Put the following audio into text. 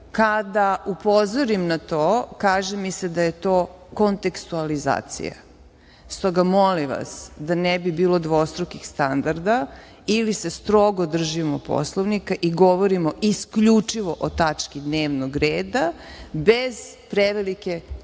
Kada upozorim na to, kaže mi se da je to kontekstualizacija. Stoga, molim vas, da ne bi bilo dvostrukih standarda, ili se strogo držimo Poslovnika i govorimo isključivo o tački dnevnog reda, bez prevelike